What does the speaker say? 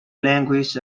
languages